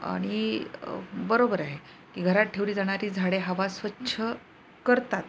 आणि बरोबर आहे की घरात ठेवली जाणारी झाडे हवा स्वच्छ करतात